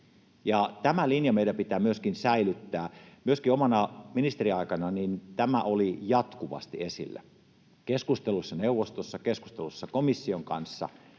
tämä linja meidän pitää myöskin säilyttää. Myöskin omana ministeriaikanani tämä oli jatkuvasti esillä keskusteluissa neuvostossa ja keskusteluissa komission kanssa,